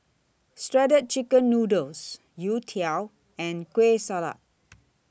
Shredded Chicken Noodles Youtiao and Kueh Salat